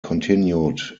continued